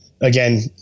again